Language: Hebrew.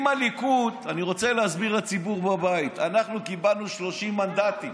אני רוצה להסביר לציבור בבית: אנחנו קיבלנו 30 מנדטים